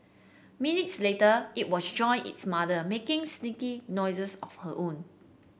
minutes later it was joined its mother making squeaky noises of her own